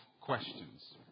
questions